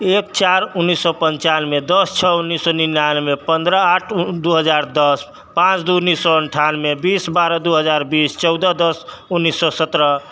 एक चारि उन्नैस सए पञ्चानबे दश छओ उन्नैस सए निनानबे पन्द्रह आठ दू हजार दश पाँच दू उन्नैस सए अनठानबे बीस बारह दू हजार बीस चौदह दश उन्नैस सए सत्रह